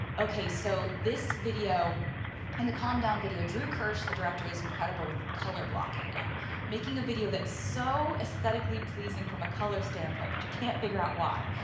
okay, so, this video and the calm down video, drew kirsch, the director, is incredible with color-blocking and making a video that is so aesthetically pleasing from a color standpoint but you can't figure out why.